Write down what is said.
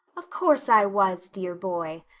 of course, i was, dear boy.